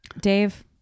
Dave